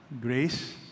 grace